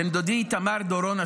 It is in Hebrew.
בן דודי איתמר דורון,